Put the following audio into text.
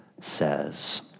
says